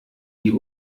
die